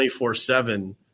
24-7